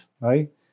right